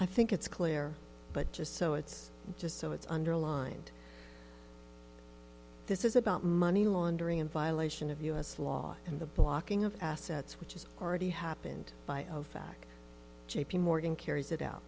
i think it's clear but just so it's just so it's underlined this is about money laundering in violation of u s law and the blocking of assets which is already happened by ofac j p morgan carries it out